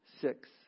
six